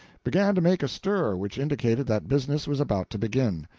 began to make a stir which indicated that business was about to begin.